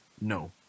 no